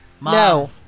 No